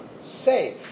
safe